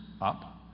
up